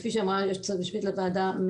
כפי שאמרה היועצת המשפטית לוועדה.